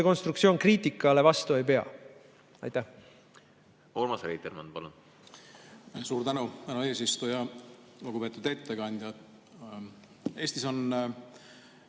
konstruktsioon kriitikale vastu ei pea. Urmas